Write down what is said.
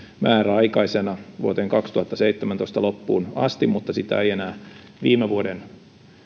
määräaikaisena vuoden kaksituhattaseitsemäntoista loppuun asti mutta sitä ei enää tämän vuoden